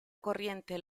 corriente